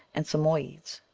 and samoyedes.